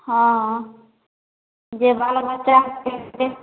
हँ जे बाल बच्चाके देखथिन